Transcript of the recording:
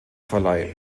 verleih